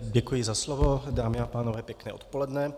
Děkuji za slovo. Dámy a pánové, pěkné odpoledne.